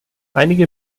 einige